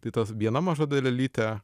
tai tas viena maža dalelytė